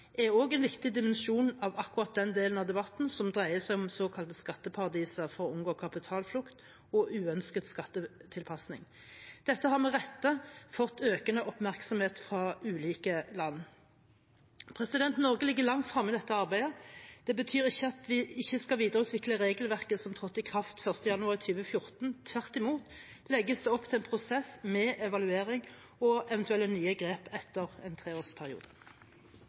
er også en viktig dimensjon av akkurat den delen av debatten som dreier seg om såkalte skatteparadiser, for å unngå kapitalflukt og uønsket skattetilpasning. Dette har med rette fått økende oppmerksomhet fra ulike land. Norge ligger langt fremme i dette arbeidet. Det betyr ikke at vi ikke skal videreutvikle regelverket som trådte i kraft 1. januar 2014 – tvert imot legges det opp til en prosess med evaluering og eventuelle nye grep etter en treårsperiode.